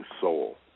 soul